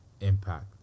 Impact